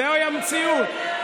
זוהי המציאות.